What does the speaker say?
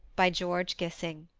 by george gissing